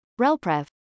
Relprev